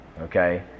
Okay